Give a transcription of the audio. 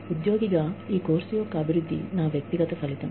ఉద్యోగిగా ఈ కోర్సు యొక్క అభివృద్ధి నా వ్యక్తిగత ఫలితం